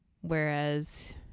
whereas